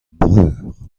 breur